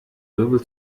wirbel